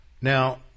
Now